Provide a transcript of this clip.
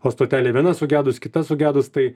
o stotelė viena sugedus kita sugedus tai